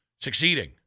succeeding